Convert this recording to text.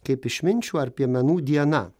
kaip išminčių ar piemenų diena